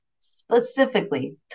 specifically